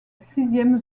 sixième